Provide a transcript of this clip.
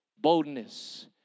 Boldness